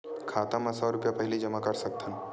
खाता मा सौ रुपिया पहिली जमा कर सकथन?